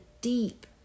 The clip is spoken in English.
deep